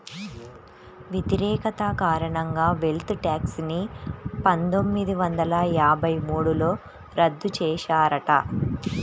వ్యతిరేకత కారణంగా wealth tax ని పందొమ్మిది వందల యాభై మూడులో రద్దు చేశారట